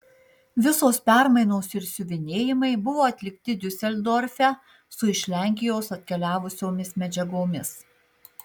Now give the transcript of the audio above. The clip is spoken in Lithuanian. visos permainos ir siuvinėjimai buvo atlikti diuseldorfe su iš lenkijos atkeliavusiomis medžiagomis